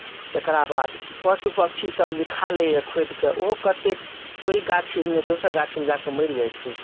तकरा बाद पशु पक्षीसभ जे खा लैए खोधिके ओहो कतेक ओहि गाछीमे नहि तऽ दोसर गाछीमे जा कऽ मरि जाइत छै